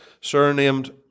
surnamed